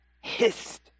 hissed